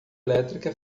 elétrica